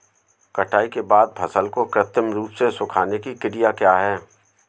कटाई के बाद फसल को कृत्रिम रूप से सुखाने की क्रिया क्या है?